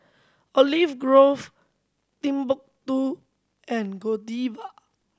Olive Grove Timbuk Two and Godiva